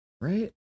Right